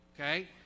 okay